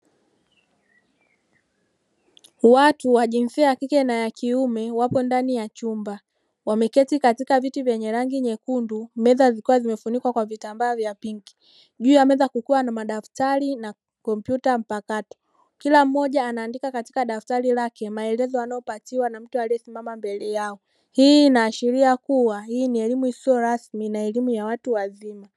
Watu wa jinsia ya kike na ya kiume wapo ndani ya chumba, wameketi katika viti vyenye rangi nyekundu meza zikiwa zimefunikwa kwa vitambaa vya pinki, juu ya meza kukiwa na madaftari na kompyuta mpakato. Kila mmoja anaandika katika daftari lake maelezo anayopatiwa na mtu aliyesimama mbele yao, hii inaashiria kuwa ni elimu isiyo rasmi na elimu ya watu wazima.